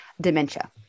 dementia